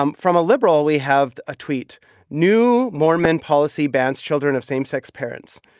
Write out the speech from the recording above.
um from a liberal, we have a tweet new mormon policy bans children of same-sex parents.